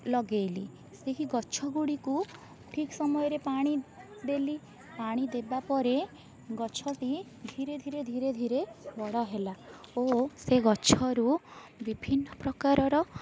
ଲଗାଇଲି ସେହି ଗଛ ଗୁଡ଼ିକୁ ଠିକ୍ ସମୟରେ ପାଣି ଦେଲି ପାଣିଦେବା ପରେ ଗଛଟି ଧୀରେ ଧୀରେ ଧୀରେ ବଡ଼ ହେଲା ଓ ସେ ଗଛରୁ ବିଭିନ୍ନ ପ୍ରକାରର